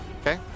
Okay